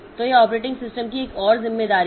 तो यह operating system की एक और जिम्मेदारी है